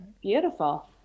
Beautiful